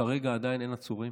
כרגע עדיין אין עצורים